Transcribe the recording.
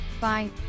Bye